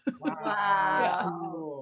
Wow